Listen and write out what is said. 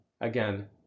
Again